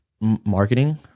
marketing